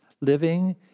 living